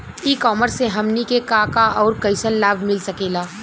ई कॉमर्स से हमनी के का का अउर कइसन लाभ मिल सकेला?